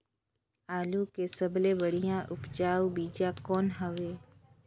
आलू के सबले बढ़िया उपजाऊ बीजा कौन हवय?